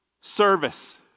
service